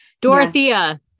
Dorothea